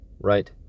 Right